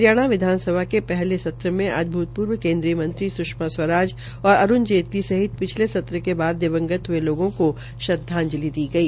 हरियाणा विधानसभा के पहले सत्र में आज भूतपूर्व केन्द्रीय मंत्री स्ष्मा स्वाराज और अरूण जेतली सहित पिछले सत्र के बाद दिवंगत हये लोगों को श्रद्वाजंलि दी गई